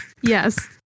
yes